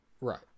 Right